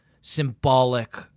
symbolic